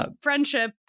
Friendship